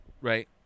right